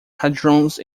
hadrons